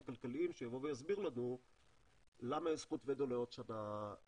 כלכליים שיבוא ויסביר לנו למה יש זכות וטו לעוד שנה,